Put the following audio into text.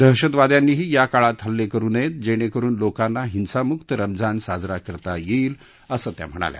दहशतवाद्यांनीही या काळात हल्ले करु नयेत जेणेकरून लोकांना हिंसामुक्त रमजान साजरा करता येईल असं त्या म्हणाल्या